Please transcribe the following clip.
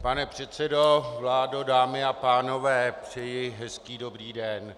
Pane předsedo, vládo, dámy a pánové, přeji hezký dobrý den.